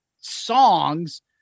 songs